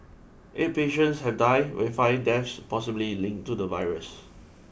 eight patients have died with five deaths possibly linked to the virus